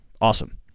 Awesome